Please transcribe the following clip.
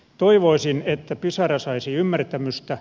toivoisin että pisara saisi ymmärtämystä